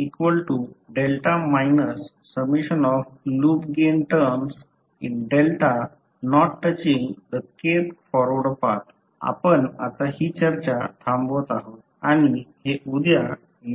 आता k loopgaintermsinΔnottouchingthekthforwardpath आपण आता हि चर्चा थांबवत आहोत आणि हे उद्या